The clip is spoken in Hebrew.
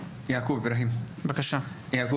יעקב אברהים מעמותת יוזמות אברהם שמקדמת